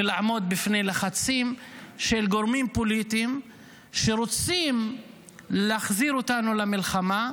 ולעמוד בפני לחצים של גורמים פוליטיים שרוצים להחזיר אותנו למלחמה.